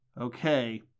okay